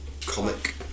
comic